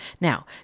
Now